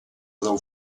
del